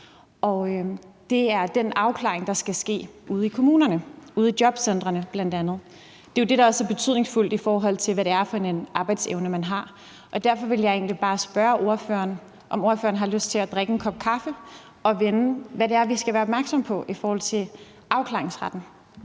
Det er den afklaring, der skal ske ude i kommunerne, bl.a. ude i jobcentrene. Det er jo det, der også er betydningsfuldt, i forhold til hvad det er for en arbejdsevne, man har. Derfor vil jeg egentlig bare spørge ordføreren, om ordføreren har lyst til at drikke en kop kaffe og vende, hvad det er, vi skal være opmærksomme på i forhold til afklaringsretten.